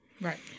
right